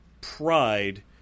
pride